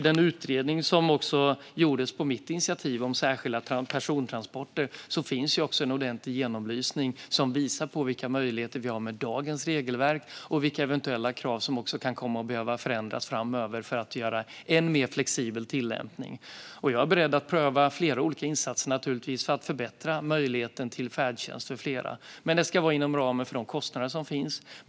I den utredning om särskilda persontransporter som gjordes på mitt initiativ fanns en ordentlig genomlysning som visar vilka möjligheter som finns med dagens regelverk och vilka eventuella krav som kan behöva förändras framöver för att man ska kunna göra en ännu mer flexibel tillämpning. Jag är naturligtvis beredd att pröva flera olika insatser för att förbättra möjligheten för färdtjänst för flera, men det ska ske inom ramen för de kostnader som finns.